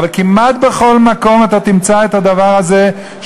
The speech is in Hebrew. אבל כמעט בכל מקום אתה תמצא את הדבר הזה,